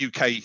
UK